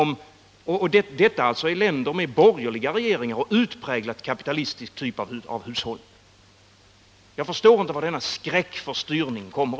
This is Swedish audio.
Och detta alltså i länder med borgerliga regeringar och en utpräglat kapitalistisk typ av hushållning. Jag förstår inte varifrån denna skräck för styrning kommer.